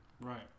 Right